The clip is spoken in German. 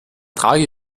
trage